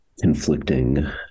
conflicting